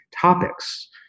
topics